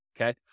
okay